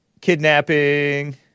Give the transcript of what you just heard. kidnapping